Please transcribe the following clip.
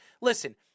listen